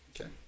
Okay